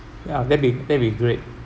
ya that'll be that'll be great